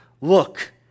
Look